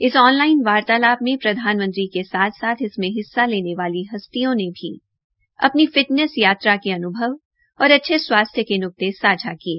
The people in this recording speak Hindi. इस ऑनलाइन वार्तालाप में प्रधानमंत्री के साथ साथ इसमें हिस्सा लेने वाले हस्तियों ने भी अपनी फिटनेस यात्रा क अन्भव और अच्छे स्वास्थ्य के नुकते सांझा किये